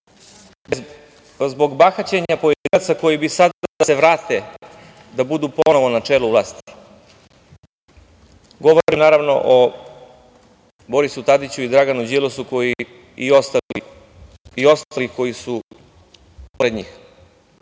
zbog bahaćenja pojedinaca koji bi sada da se vrate da budu ponovo na čelu vlasti. Govorim, naravno, o Borisu Tadiću i Draganu Đilasu i ostalima pored njih. Kako